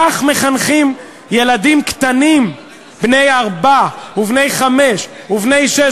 כך מחנכים ילדים קטנים בני ארבע ובני חמש ובני שש,